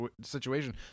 situation